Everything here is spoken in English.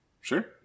Sure